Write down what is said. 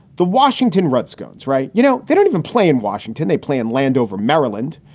the washington redskins. right. you know, they don't even play in washington. they play in landover, maryland.